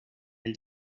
del